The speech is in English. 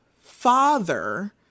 father